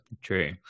True